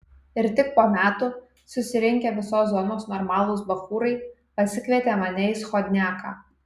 ir tik po metų susirinkę visos zonos normalūs bachūrai pasikvietė mane į schodniaką